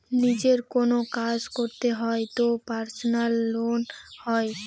নিজের কোনো কাজ করতে হয় তো পার্সোনাল লোন হয়